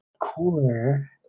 cooler